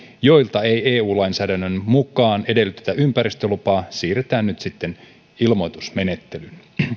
joilta ei eu lainsäädännön mukaan edellytetä ympäristölupaa siirretään nyt sitten ilmoitusmenettelyyn